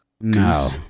No